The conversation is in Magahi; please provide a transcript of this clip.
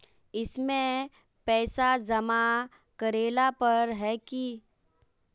इसमें पैसा जमा करेला पर है की?